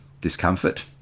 discomfort